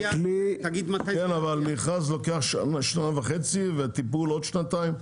כן, אבל מכרז לוקח שנה וחצי וטיפול עוד שנתיים.